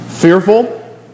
Fearful